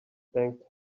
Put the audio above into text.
bank